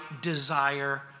desire